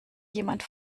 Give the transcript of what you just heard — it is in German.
jemand